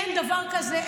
אין דבר כזה,